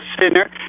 sinner